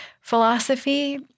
philosophy